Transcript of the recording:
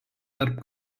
tarp